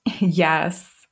Yes